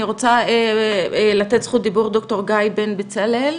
אני רוצה לתת את זכות הדיבור לד"ר גיא בן בצלאל,